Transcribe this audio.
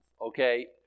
okay